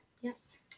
Yes